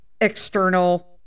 external